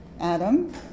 Adam